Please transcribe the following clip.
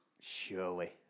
Surely